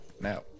Now